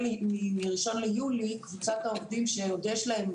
מה-1 ליולי קבוצת העובדים שעוד יש להם,